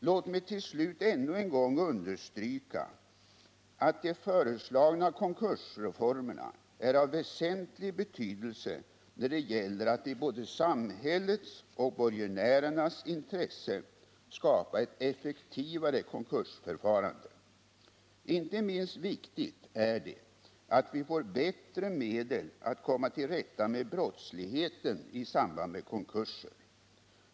Låt mig till siut ännu en gång understryka att den föreslagna konkursreformen är av väsentlig betydelse när det gäller att i både samhällets och borgenärernas intresse skapa ett effektivare konkursförfarande. Inte minst viktigt är det att vi får bättre medel att komma till rätta med brottsligheten i samband med konkurser.